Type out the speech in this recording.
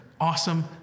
awesome